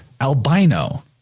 albino